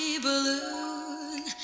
balloon